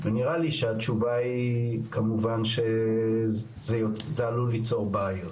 ונראה לי שהתשובה היא כמובן שזה עלול ליצור בעיות.